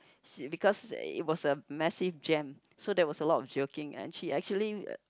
she because it was a massive jam so that was a lot of joking and she actually uh